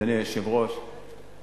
אדוני היושב-ראש,